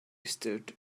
stood